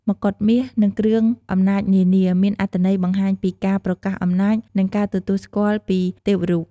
មកុដមាស និងគ្រឿងអំណាចនានា មានអត្ថន័យបង្ហាញពីការប្រកាសអំណាច និងការទទួលស្គាល់ពីទេវរូប។